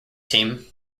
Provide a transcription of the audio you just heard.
team